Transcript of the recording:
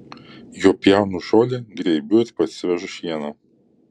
juo pjaunu žolę grėbiu ir parsivežu šieną